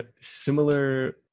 similar